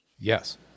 yes